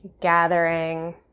gathering